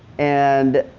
and,